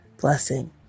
blessing